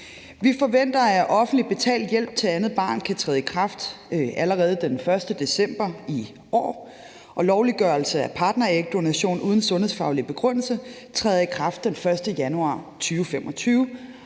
Vi forventer, at offentligt betalt hjælp til andet barn kan træde i kraft allerede den 1. december i år, og lovliggørelse af partnerægdonation uden sundhedsfaglig begrundelse træder i kraft den 1. januar 2025.